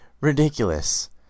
ridiculous